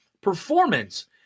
performance